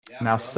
now